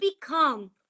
become